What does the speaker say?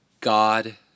God